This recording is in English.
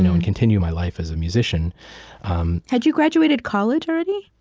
and continue my life as a musician um had you graduated college already?